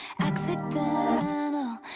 accidental